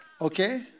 Okay